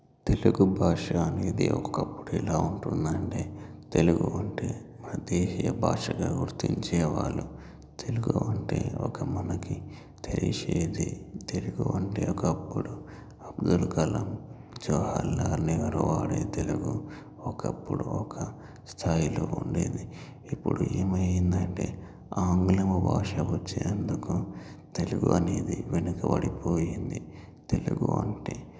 తెలుగు భాష అనేది ఒకప్పుడు ఎలా ఉంటుంది అంటే తెలుగు అంటే అదేయ భాషగా గుర్తించే వాళ్ళు తెలుగు అంటే ఒక మనకి తెలిసేది తెలుగు అంటే ఒకప్పుడు అబ్దుల్ కలాం జవహర్లాల్ నెహ్రూ వాడే తెలుగు ఒకప్పుడు ఒక స్థాయిలో ఉండేది ఇప్పుడు ఏమయింది అంటే ఆంగ్లం భాష వచ్చినందుకు తెలుగు అనేది వెనుకబడిపోయింది తెలుగు అంటే